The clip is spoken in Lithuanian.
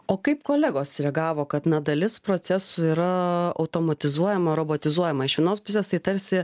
o kaip kolegos reagavo kad na dalis procesų yra automatizuojama robotizuojama iš vienos pusės tai tarsi